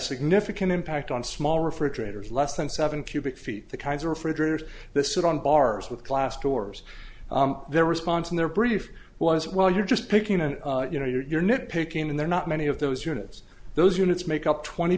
significant impact on small refrigerators less than seven cubic feet the kinds of refrigerator's this would on bars with glass doors their response and their brief was well you're just picking and you know you're nit picking and they're not many of those units those units make up twenty